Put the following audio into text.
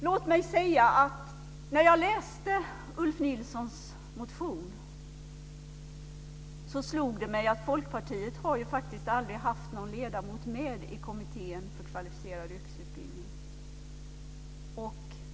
Låt mig säga att när jag läste Ulf Nilssons motion slog det mig att Folkpartiet faktiskt aldrig har haft någon ledamot med i Kommittén för kvalificerad yrkesutbildning.